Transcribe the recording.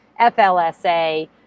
FLSA